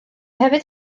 hefyd